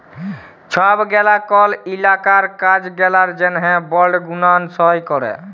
ছব গেলা কল ইলাকার কাজ গেলার জ্যনহে বল্ড গুলান সই ক্যরে